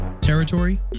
Territory